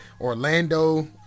Orlando